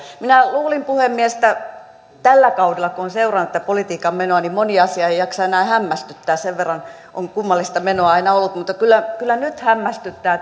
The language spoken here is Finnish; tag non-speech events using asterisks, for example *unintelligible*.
minä luulin puhemies että tällä kaudella kun olen seurannut tätä politiikan menoa moni asia ei jaksa enää hämmästyttää sen verran on kummallista menoa aina ollut mutta kyllä kyllä nyt hämmästyttää *unintelligible*